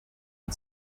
and